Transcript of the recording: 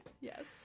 Yes